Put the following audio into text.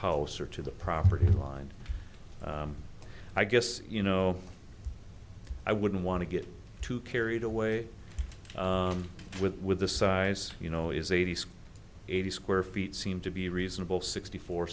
house or to the property line i guess you know i wouldn't want to get too carried away with with the size you know is eighty six eighty square feet seem to be reasonable sixty four